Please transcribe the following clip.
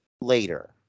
later